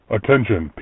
Attention